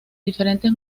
diferentes